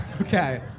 Okay